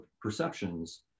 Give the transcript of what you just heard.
perceptions